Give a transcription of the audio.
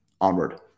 onward